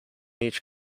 each